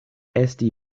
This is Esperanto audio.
esti